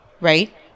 right